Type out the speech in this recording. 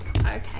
Okay